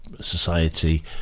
society